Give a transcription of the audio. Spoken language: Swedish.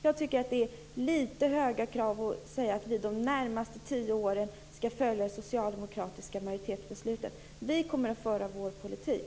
Jag tycker att det är att ställa litet väl höga krav att säga att Miljöpartiet de närmaste tio åren skall följa det socialdemokratiska majoritetsbeslutet. Vi i Miljöpartiet kommer att föra vår politik.